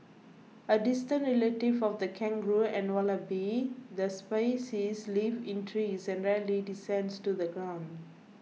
a distant relative of the kangaroo and wallaby the species lives in trees and rarely descends to the ground